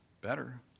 Better